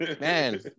man